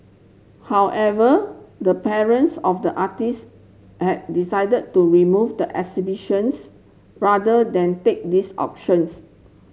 however the parents of the artists had decided to remove the exhibitions rather than take this options